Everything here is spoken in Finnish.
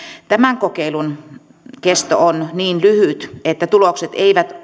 tämän kokeilun kesto on niin lyhyt että tulokset eivät